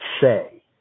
say